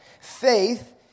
Faith